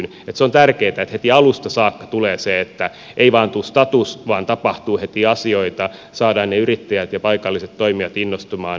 se on tärkeätä että heti alusta saakka tulee se että ei vain tule status vaan tapahtuu heti asioita saadaan ne yrittäjät ja paikalliset toimijat innostumaan